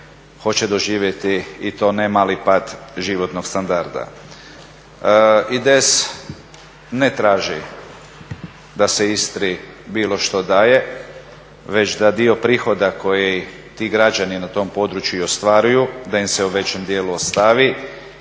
hoće doživjeti i to ne mali pad životnog standarda. IDS ne traži da se Istri bilo što daje, već da dio prihoda koji ti građani na tom području i ostvaruju, da im se u većem dijelu ostvari